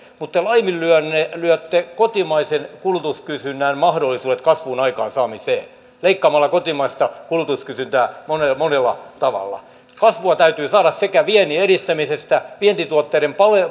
mutta te laiminlyötte kotimaisen kulutuskysynnän mahdollisuudet kasvun aikaansaamiseen leikkaamalla kotimaista kulutuskysyntää monella tavalla kasvua täytyy saada viennin edistämisestä vientituotteiden